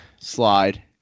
slide